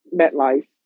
MetLife